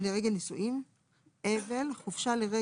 שבין נשיאות הארגונים העסקיים ולשכת התאום של